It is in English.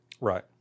Right